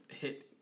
hit